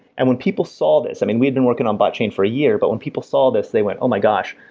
and when people saw this. i mean, we've been working on botchain for a year, but when people saw this they went, oh, my gosh.